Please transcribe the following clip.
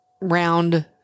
round